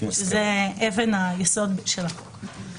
שזה אבן היסוד של החוק.